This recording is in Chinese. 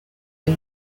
非洲